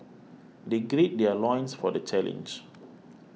they gird their loins for the challenge